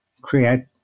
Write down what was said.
create